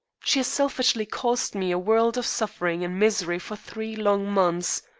she has selfishly caused me a world of suffering and misery for three long months.